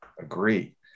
agree